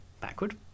backward